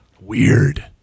Weird